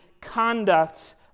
conduct